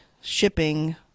shipping